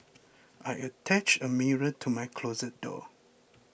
I attached a mirror to my closet door